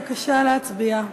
בבקשה להצביע.